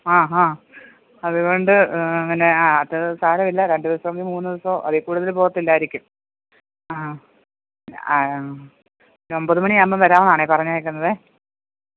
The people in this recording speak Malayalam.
ആ ആ അതുകൊണ്ട് അങ്ങനെ ആ അത് സാരമില്ല രണ്ടു ദിവസം അല്ലെങ്കിൽ മൂന്ന് ദിവസമോ അതിൽ കൂടുതൽ പോകത്തില്ലായിരിക്കും ആ ആ ഒമ്പത് മണിയാകുമ്പം വരുവ എന്നാണേ പറഞ്ഞേക്കുന്നതെ